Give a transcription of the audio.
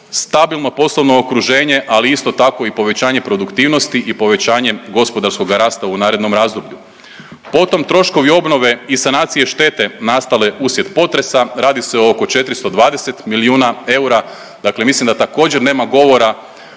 stabilno poslovno okruženje, ali isto tako i povećanje produktivnosti i povećanje gospodarskoga rasta u narednom razdoblju. Potom troškovi obnove i sanacije štete nastale uslijed potresa, radi se o oko 420 milijuna eura, dakle mislim da također nema govora